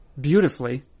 beautifully